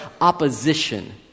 opposition